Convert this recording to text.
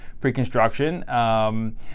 pre-construction